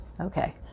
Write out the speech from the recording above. Okay